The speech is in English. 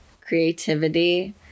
creativity